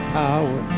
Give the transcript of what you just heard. power